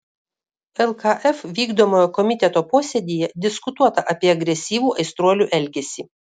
lkf vykdomojo komiteto posėdyje diskutuota apie agresyvų aistruolių elgesį